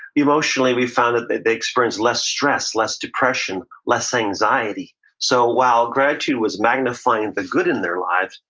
emotionally, we found that they they experienced less stress, less depression, less anxiety so while gratitude was magnifying the good in their lives,